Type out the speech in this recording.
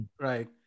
Right